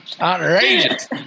Outrageous